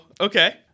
Okay